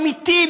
אמיתי,